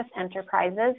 Enterprises